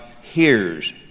hears